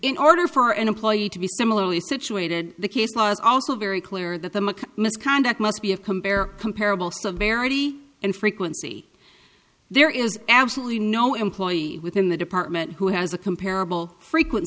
in order for an employee to be similarly situated the case law is also very clear that the misconduct must be of compare comparable severity and frequency there is absolutely no employee within the department who has a comparable frequen